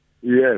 Yes